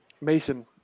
Mason